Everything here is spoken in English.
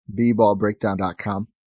bballbreakdown.com